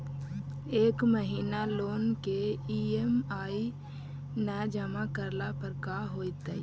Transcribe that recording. एक महिना लोन के ई.एम.आई न जमा करला पर का होतइ?